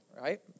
right